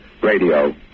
radio